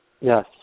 Yes